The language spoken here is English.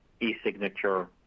e-signature